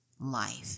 life